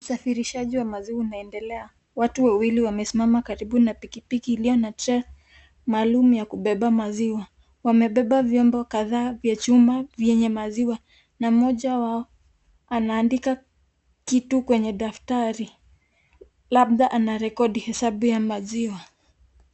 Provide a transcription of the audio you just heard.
Usafirishaji wa maziwa unaendelea , watu wawili wamesimama karibu na pikipiki iliyo na trela maalum ya kubeba maziwa wamebeba vyombo kadhaa vya chuma vyenye maziwa na mmoja wao anaandika kitu kwenye daftari labda anahesabu rekodi ya maziwa.